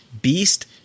Beast